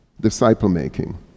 disciple-making